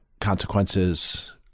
consequences